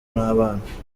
n’abana